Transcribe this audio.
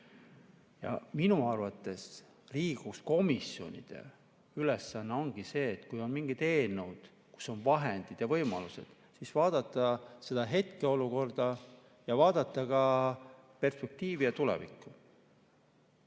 rohkem. Minu arvates Riigikogu komisjonide ülesanne ongi see, et kui on mingid eelnõud, kus on vahendid ja võimalused, siis tuleb vaadata hetkeolukorda ja vaadata ka perspektiivi ja tulevikku.